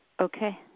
Okay